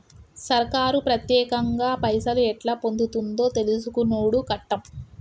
సర్కారు పత్యేకంగా పైసలు ఎట్లా పొందుతుందో తెలుసుకునుడు కట్టం